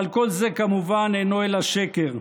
אבל כל זה כמובן אינו אלא שקר.